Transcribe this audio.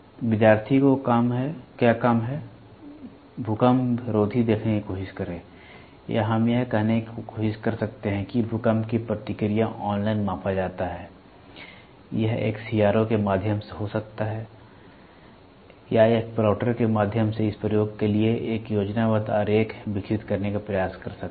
विद्यार्थी को काम है भूकंपरोधी देखने की कोशिश करें या हम यह कहने की कोशिश कर सकते हैं कि भूकंप की प्रतिक्रिया ऑनलाइन मापा जाता है यह एक सीआरओ के माध्यम से हो सकता है या यह एक प्लॉटर के माध्यम से इस प्रयोग के लिए एक योजनाबद्ध आरेख विकसित करने का प्रयास कर सकता है